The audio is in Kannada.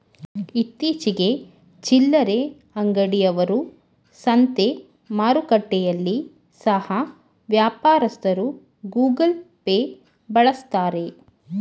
ಇತ್ತೀಚಿಗೆ ಚಿಲ್ಲರೆ ಅಂಗಡಿ ಅವರು, ಸಂತೆ ಮಾರುಕಟ್ಟೆಯಲ್ಲಿ ಸಹ ವ್ಯಾಪಾರಸ್ಥರು ಗೂಗಲ್ ಪೇ ಬಳಸ್ತಾರೆ